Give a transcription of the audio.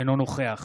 אינו נוכח